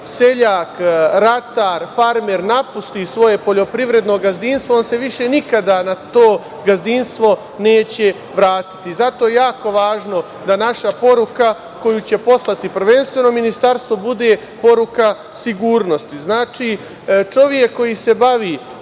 seljak, ratar, farmer napusti svoje poljoprivredno gazdinstvo on se više nikada na to gazdinstvo neće vratiti. Zato je jako važno da naša poruka koju će poslati, prvenstveno Ministarstvo, bude poruka sigurnosti. Znači, čovek koji se bavi